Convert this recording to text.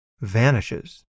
vanishes